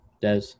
Des